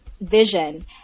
vision